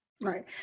Right